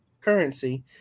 currency